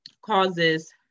causes